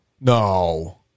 No